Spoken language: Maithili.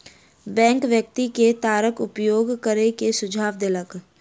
बैंक व्यक्ति के तारक उपयोग करै के सुझाव देलक